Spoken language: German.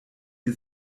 die